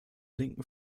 linken